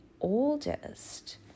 oldest